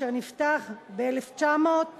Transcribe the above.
אשר נפטר ב-1939,